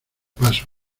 paso